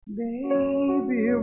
baby